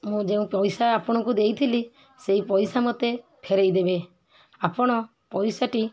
ମୁଁ ଯେଉଁ ପଇସା ଆପଣଙ୍କୁ ଦେଇଥିଲି ସେଇ ପଇସା ମୋତେ ଫେରାଇ ଦେବେ ଆପଣ ପଇସାଟି